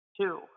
two